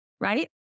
Right